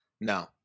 No